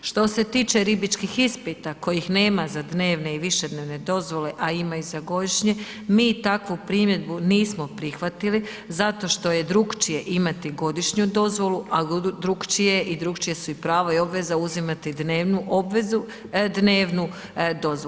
Što se tiče ribičkih ispita kojih nema za dnevne i višednevne dozvole a ima ih za godišnje, mi takvu primjedbi nismo prihvatili zato što je drukčije imati godišnju dozvolu a drukčije je i drukčija su i prava i obveze uzimati dnevnu dozvolu.